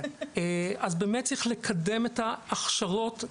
אז באמת צריך לקדם את ההכשרות,